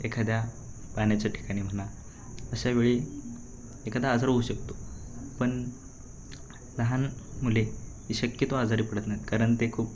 एखाद्या पाण्याच्या ठिकाणी म्हणा अशावेळी एखादा आजार होऊ शकतो पण लहान मुले शक्यतो आजारी पडत नाहीत कारण ते खूप